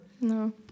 No